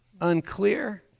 Unclear